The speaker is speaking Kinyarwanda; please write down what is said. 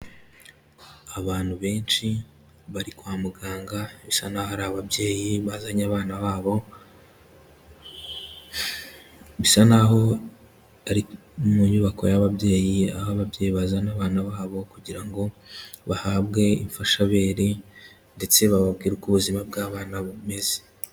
Abantu benshi bari kwa muganga bisa naho ari ababyeyi bazanye abana babo bisa naho mu nyubako y'ababyeyi aho ababyeyi bazana abana babo kugira ngo bahabwe imfashabere ndetse bababwira uko ubuzima bw'abana bumeze.